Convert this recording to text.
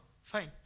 Fine